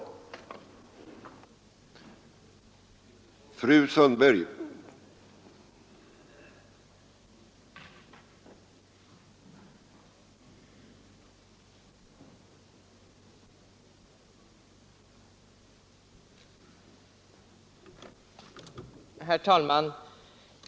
undanröja ekonomisk diskriminering av äktenskapet undanröja ekonomisk diskriminering av äktenskapet